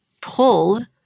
pull